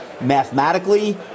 mathematically